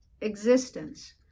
existence